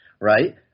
right